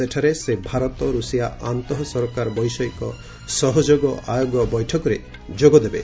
ସେଠାରେ ସେ ଭାରତ ରୁଷିଆ ଆନ୍ତଃ ସରକାର ବୈଷୟିକ ସହଯୋଗ ଆୟୋଗ ବୈଠକରେ ଯୋଗ ଦେବେ